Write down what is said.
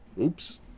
Oops